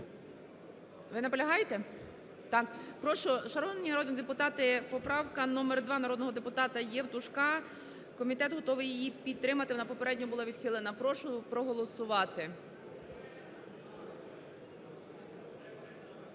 Ви наполягаєте? Так, прошу, шановні народні депутати, поправка номер 2 народного депутата Євтушка, комітет готовий її підтримати, вона попередньо була відхилена. Прошу проголосувати.